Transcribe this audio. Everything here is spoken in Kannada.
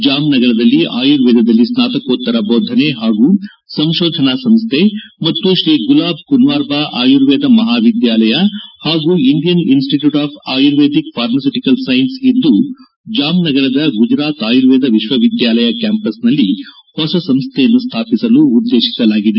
ಜಾಮ್ ನಗರದಲ್ಲಿ ಆಯುರ್ವೇದಲ್ಲಿ ಸ್ನಾತಕೋತ್ತರ ಬೋಧನೆ ಹಾಗೂ ಸಂಶೋಧನಾ ಸಂಸ್ಥೆ ಮತ್ತು ಶ್ರೀ ಗುಲಾಬ್ ಕುನ್ಲಾರ್ಬಾ ಆಯುರ್ವೇದ ಮಹಾವಿದ್ಯಾಲಯ ಹಾಗೂ Indian institute of Ayurvedic pharmaceutical science ಇದ್ದು ಜಾಮ್ ನಗರದ ಗುಜರಾತ್ ಆಯುರ್ವೇದ ವಿಶ್ವವಿದ್ಯಾಲಯ ಕ್ಯಾಂಪಸ್ನಲ್ಲಿ ಹೊಸ ಸಂಸ್ಣೆಯನ್ನು ಸ್ಣಾಪಿಸಲು ಉದ್ದೇಶಿಸಲಾಗಿದೆ